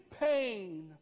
pain